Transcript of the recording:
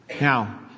Now